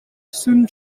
sun